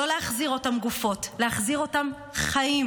לא להחזיר אותן גופות, להחזיר אותן בחיים.